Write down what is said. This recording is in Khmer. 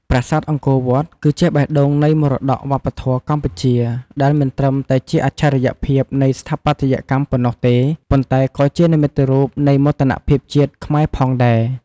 ប្រាសាទអង្គរវត្ត គឺជាបេះដូងនៃមរតកវប្បធម៌កម្ពុជា ដែលមិនត្រឹមតែជាអច្ឆរិយភាពនៃស្ថាបត្យកម្មប៉ុណ្ណោះទេ ប៉ុន្តែក៏ជានិមិត្តរូបនៃមោទនភាពជាតិខ្មែរផងដែរ។